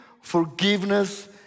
forgiveness